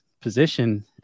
position